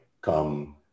come